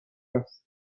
است